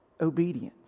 obedience